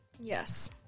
yes